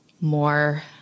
more